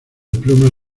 plumas